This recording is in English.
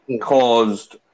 caused